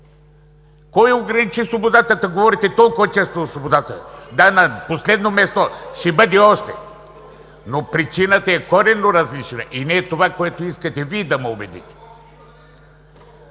Кой ограничи свободата, та говорите толкова често за свободата? Да, на последно място ще бъде, но причината е коренно различна и не е това, което искате Вие да ме убедите.